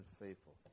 faithful